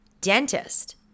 dentist